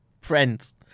friends